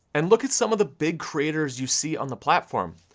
and look at some of the big creators you see on the platform,